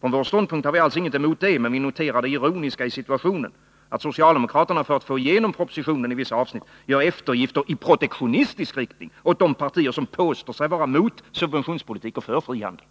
Från vår ståndpunkt har vi alls inget emot det, men vi noterar det ironiska i situationen, att socialdemokraterna för att få igenom propositionen i vissa avsnitt gör eftergifter i protektionistisk riktning åt de partier som påstår sig vara mot subventionspolitik och för frihandel.